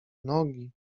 nogi